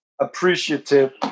appreciative